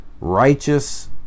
righteous